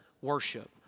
worship